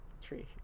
tree